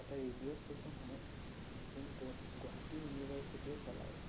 এটা radio station হয় যোনটো গুৱাহাটী ইউনিভাৰ্চিটিয়ে চলায়